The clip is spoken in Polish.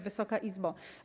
Wysoka Izbo!